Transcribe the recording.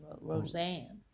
Roseanne